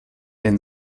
den